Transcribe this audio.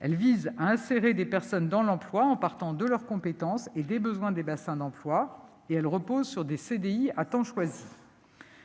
Elle vise à insérer les personnes dans l'emploi en partant de leurs compétences et des besoins des bassins d'emploi. Elle repose sur des CDI à temps choisi.